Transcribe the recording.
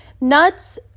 Nuts